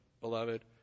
beloved